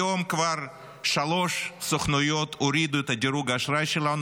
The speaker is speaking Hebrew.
היום כבר שלוש סוכנויות הורידו את דירוג האשראי שלנו.